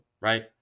right